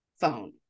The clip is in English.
phone